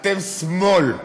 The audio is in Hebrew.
אתם שמאל.